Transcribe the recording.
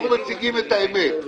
אנחנו מציגים את האמת.